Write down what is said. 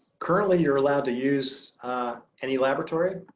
currently, you're allowed to use any laboratory.